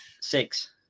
Six